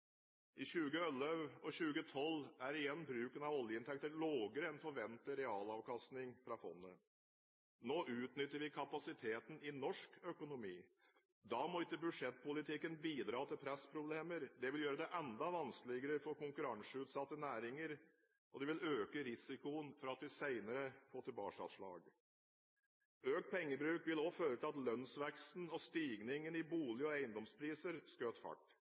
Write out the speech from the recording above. og 2012 er igjen bruken av oljeinntekter lavere enn forventet realavkastning fra fondet. Nå utnytter vi kapasiteten i norsk økonomi. Da må ikke budsjettpolitikken bidra til pressproblemer. Det vil gjøre det enda vanskeligere for konkurranseutsatte næringer, og det vil øke risikoen for at vi senere får tilbakeslag. Økt pengebruk ville også føre til at lønnsveksten og stigningen i bolig- og eiendomspriser skjøt fart.